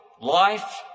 life